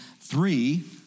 three